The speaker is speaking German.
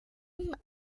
benjamin